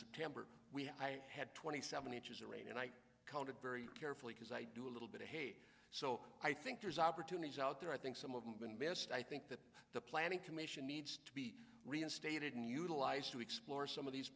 september we had twenty seven inches of rain and i called it very carefully because i do a little bit ahead so i think there's opportunities out there i think some of them been best i think that the planning commission needs to be reinstated and utilized to explore some of these